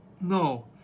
no